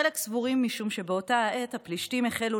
חלק סבורים שזה משום שבאותה העת הפלישתים החלו